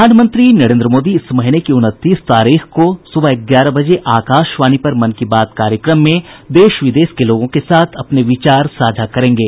प्रधानमंत्री नरेन्द्र मोदी इस महीने की उनतीस तारीख को सुबह ग्यारह बजे आकाशवाणी पर मन की बात कार्यक्रम में देश विदेश के लोगों के साथ अपने विचार साझा करेंगे